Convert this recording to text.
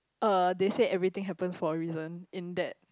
uh they said everything happens for a reason in that